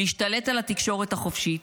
להשתלט על התקשורת החופשית,